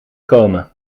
komen